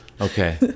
Okay